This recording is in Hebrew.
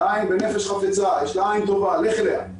בנפש חפצה, יש לה עין טובה, לך אליה,